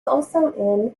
also